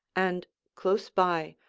and close by,